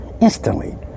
instantly